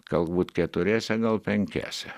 galbūt keturiese gal penkiese